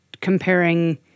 comparing